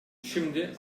şimdi